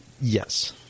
Yes